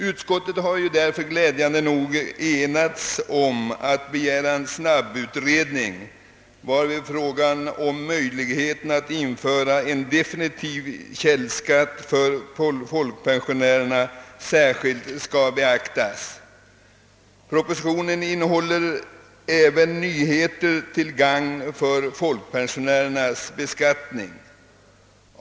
Utskottet har därför glädjande nog enats om att begära en snabbutredning, varvid frågan om möjligheterna att införa en definitiv källskatt för folkpensionärerna särskilt skall beaktas. Propositionen innehåller förslag om nyheter på beskattningens område, som blir till gagn för folkpensionärerna.